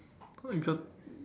uh in